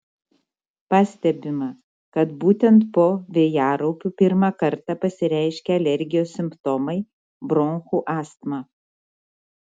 pastebima kad būtent po vėjaraupių pirmą kartą pasireiškia alergijos simptomai bronchų astma